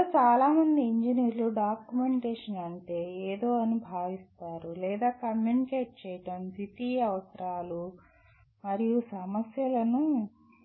ఏదో చాలా మంది ఇంజనీర్లు డాక్యుమెంటేషన్ ఏదో అని భావిస్తారు లేదా కమ్యూనికేట్ చేయడం ద్వితీయ అవసరాలు మరియు సమస్యలను